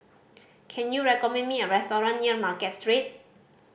can you recommend me a restaurant near Market Street